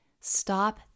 stop